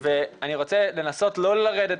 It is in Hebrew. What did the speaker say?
אני חושב שהוא סופר חשוב ואני רוצה לנסות ולא לרדת